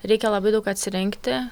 reikia labai daug atsirinkti